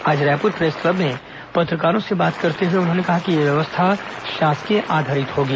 आज Raipur press club में पत्रकारों से बात करते हुए उन्होंने कहा कि यह व्यवस्था शासकीय आधारित होगी